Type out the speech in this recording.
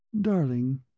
Darling